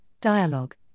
dialogue